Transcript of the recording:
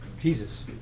Jesus